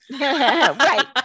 Right